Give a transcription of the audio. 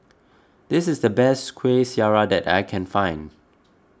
this is the best Kuih Syara that I can find